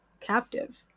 captive